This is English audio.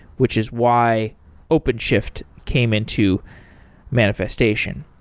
which is why openshift came into manifestation.